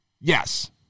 yes